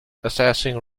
assessing